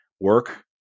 work